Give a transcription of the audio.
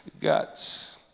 guts